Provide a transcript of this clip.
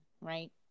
right